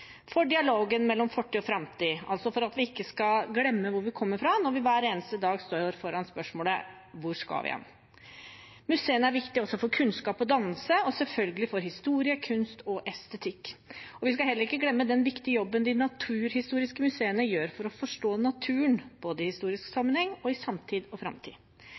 for dialogen mellom fortid og framtid, altså for at vi ikke skal glemme hvor vi kommer fra når vi hver eneste dag står foran spørsmålet: Hvor skal vi hen? Museene er viktige også for kunnskap og dannelse, og selvfølgelig for historie, kunst og estetikk. Vi skal heller ikke glemme den viktige jobben de naturhistoriske museene gjør for å forstå naturen, både i historisk sammenheng og i samtid og framtid.